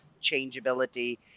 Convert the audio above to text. changeability